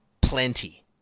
plenty